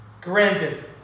granted